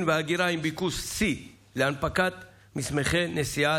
וההגירה עם ביקושי שיא להנפקת מסמכי נסיעה,